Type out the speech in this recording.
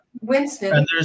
Winston